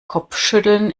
kopfschütteln